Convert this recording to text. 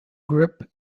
grip